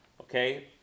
Okay